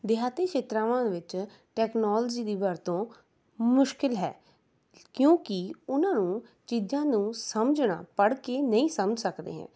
ਦਿਹਾਤੀ ਖੇਤਰਾਂਵਾਂ ਦੇ ਵਿੱਚ ਤਕਨਾਲੋਜੀ ਦੀ ਵਰਤੋਂ ਮੁਸ਼ਕਿਲ ਹੈ ਕਿਉਂਕਿ ਉਹਨਾਂ ਨੂੰ ਚੀਜ਼ਾਂ ਨੂੰ ਸਮਝਣਾ ਪੜ੍ਹ ਕੇ ਨਹੀਂ ਸਮਝ ਸਕਦੇ ਹੈ